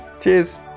Cheers